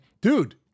Dude